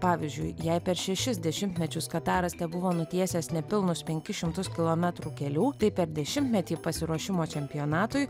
pavyzdžiui jei per šešis dešimtmečius kataras tebuvo nutiesęs nepilnus penkis šimtus kilometrų kelių tai per dešimtmetį pasiruošimo čempionatui